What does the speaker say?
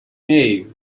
hey